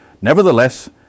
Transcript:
Nevertheless